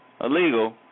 illegal